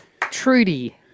Trudy